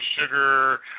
sugar